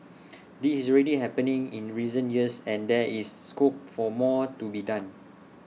this is already happening in recent years and there is scope for more to be done